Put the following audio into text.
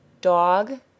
Dog